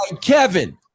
Kevin